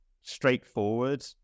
straightforward